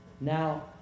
Now